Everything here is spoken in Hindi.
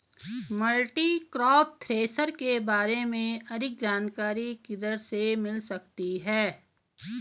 मल्टीक्रॉप थ्रेशर के बारे में अधिक जानकारी किधर से मिल सकती है?